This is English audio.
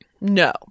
no